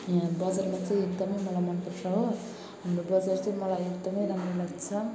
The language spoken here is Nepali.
यहाँ बजारमा चाहिँ एकदमै मलाई मनपर्छ हो हाम्रो बजार चाहिँ मलाई एकदमै राम्रो लाग्छ